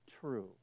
true